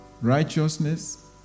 righteousness